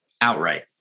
outright